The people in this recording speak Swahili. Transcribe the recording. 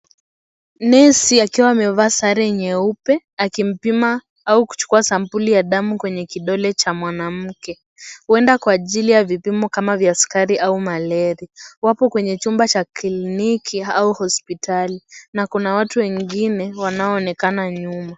Nesi akiwa amevaa sare nyeupe akimpima au kuchukua sampuli ya damu kwenye kidole cha mwanamke huenda kwa ajili ya vipimo kama vya sukari au malaria. Wapo kwenye chumba cha kliniki au hospitali na kuna watu wengine wanaoonekana nyuma.